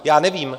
Já nevím.